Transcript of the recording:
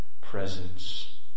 presence